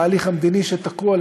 התהליך המדיני שתקוע,